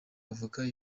bavuga